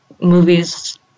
movies